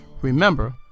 Remember